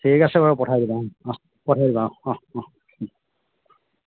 ঠিক আছে বাৰু পঠাই দিবা অ অঁ পঠাই দিবা অঁ অঁ অঁ